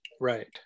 Right